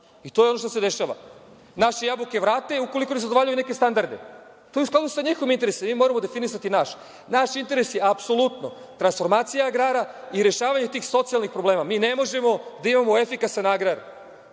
i to je ono što se dešava. Naše jabuke vrate ukoliko ne zadovoljavaju neke standarde. To je u skladu sa njihovim interesima. Mi moramo definisati naš. Naš interes je, apsolutno, transformacija agrara i rešavanje tih socijalnih problema. Mi ne možemo da imamo efikasan agrar